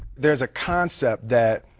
there are the concept that.